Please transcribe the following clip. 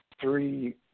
three